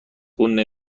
خون